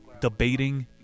Debating